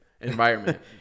environment